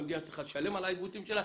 והמדינה צריכה לשלם על העיוותים שלה,